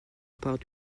part